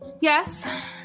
Yes